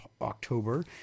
October